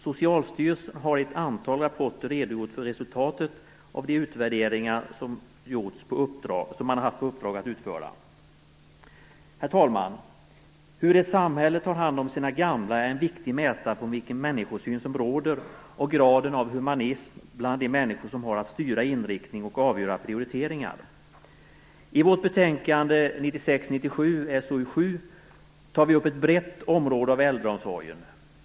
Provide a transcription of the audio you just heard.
Socialstyrelsen har i ett antal rapporter redogjort för resultatet av de utvärderingar som man haft uppdrag att utföra. Herr talman! Hur ett samhälle tar hand om sina gamla är en viktig mätare på vilken människosyn som råder och graden av humanism bland de människor som har att styra inriktning och avgöra prioriteringar. I vårt betänkande 1996/97:SoU7 tar vi upp ett brett område av äldreomsorgen.